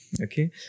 Okay